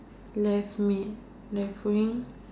left mid left wing